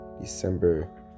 December